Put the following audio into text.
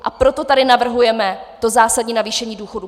A proto tady navrhujeme to zásadní navýšení důchodů.